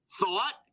thought